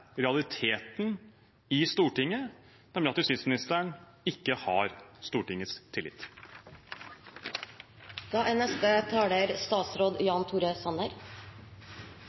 realiteten i Stortinget, nemlig at justisministeren ikke har Stortingets tillit. Jeg er her som ansvarlig statsråd